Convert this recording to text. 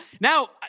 Now